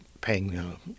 paying